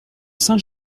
saint